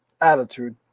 attitude